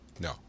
No